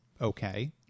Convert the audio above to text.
okay